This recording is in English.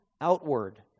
outward